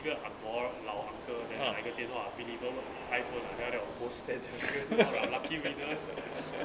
一个 ang moh 老 uncle then 拿一个电话 believable iPhone ah after that 我 post then 就没什么 lah lucky winners